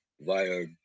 via